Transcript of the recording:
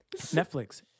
netflix